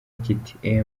kiti